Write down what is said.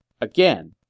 again